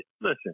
Listen